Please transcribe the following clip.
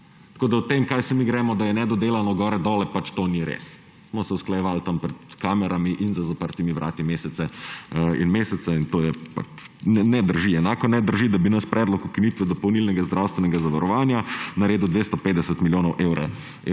zakonov. O tem, kaj se mi gremo, da je nedodelano, gore dole, to pač ni res. Smo se usklajevali tam pred kamerami in za zaprtimi vrati mesece in mesece. Ne drži. Enako ne drži, da bi naš predlog ukinitve dopolnilnega zdravstvenega zavarovanja naredil 250 milijonov evrov